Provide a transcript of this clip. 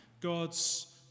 God's